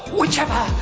whichever